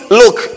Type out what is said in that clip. look